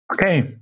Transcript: Okay